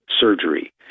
surgery